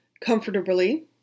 comfortably